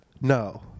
No